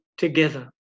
Together